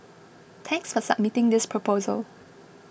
thanks for submitting this proposal